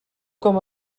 com